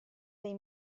dei